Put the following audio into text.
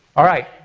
alright,